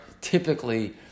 typically